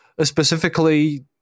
specifically